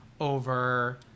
over